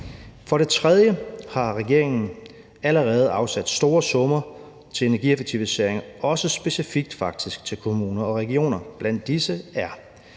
For det tredje har regeringen allerede afsat store summer til energieffektiviseringer, faktisk også specifikt til kommuner og regioner. Blandt disse er: